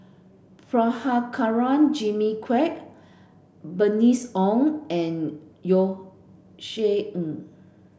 Prabhakara Jimmy Quek Bernice Ong and Josef Ng